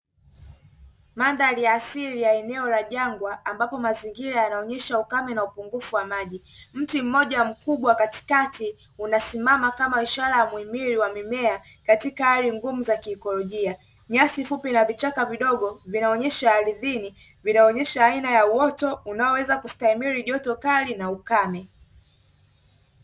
Mandhari asili ya eneo la jangwa ambapo mazingira yanaonyesha ukame na upungufu wa maji mti, mmoja mkubwa katikati unasimama kama ishara ya muhimili wa mimea katika hali ngumu za kiikolojia, nyasi fupi na vichaka vidogo vinaonyesha ardhini vinaonyesha aina ya uoto unaoweza kustahimili joto kali na ukame.